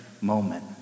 moment